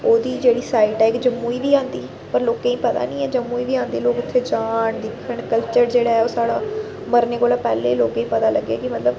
ओह्दी जेह्ड़ी साइट ऐ जम्मू दी बी आंदी पर लोकें गी पता नी ऐ जम्मू दी बी आंदी लोक उत्थें जान दिक्खन कल्चर जेह्ड़ा ऐ ओह् साढ़ा मरने कोलां पैह्ले लोकें गी पता लग्गे कि मतलब